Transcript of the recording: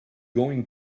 going